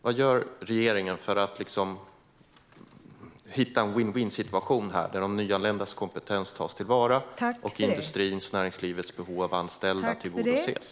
Vad gör regeringen för att hitta en vinn-vinnsituation här, så att de nyanländas kompetens tas till vara och industrins och näringslivets behov av anställda tillgodoses?